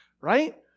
right